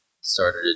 Started